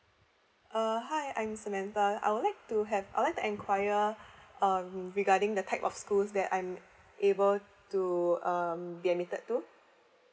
uh hi I'm samantha I would like to have I would like to inquiry um regarding the type of schools that I'm able to um be admitted to